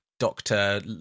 Doctor